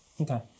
Okay